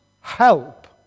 help